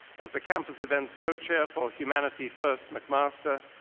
as the campus event's co-chair for humanity first mcmaster,